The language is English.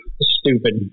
stupid